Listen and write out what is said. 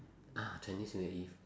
ah chinese new year eve